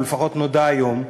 או לפחות נודע היום,